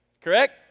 correct